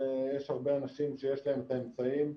ויש הרבה אנשים שיש להם את האמצעים.